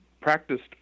practiced